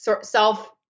self-